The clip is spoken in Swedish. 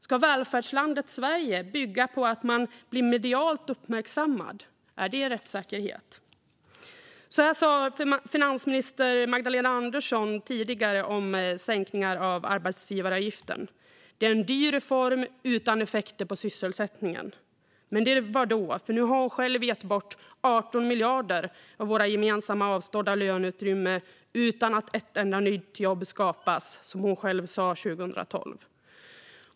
Ska välfärdslandet Sverige bygga på att man blir medialt uppmärksammad? Är det rättssäkerhet? Finansminister Magdalena Andersson sa tidigare om sänkningen av arbetsgivaravgiften för unga att det var en dyr reform utan effekter på sysselsättningen. Men det var då, för nu har hon själv gett bort 18 miljarder av vårt gemensamma avstådda löneutrymme utan att ett enda nytt jobb skapats, som hon själv sa 2012.